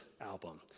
album